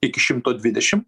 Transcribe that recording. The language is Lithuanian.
iki šimto dvidešim